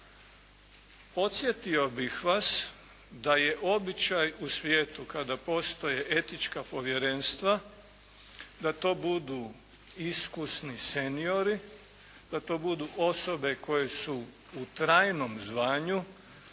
Podsjetio bih vas da je običaj u svijetu kada postoje etička povjerenstva da to budu iskusni seniori, da to budu osobe koje su u trajnom zvanju,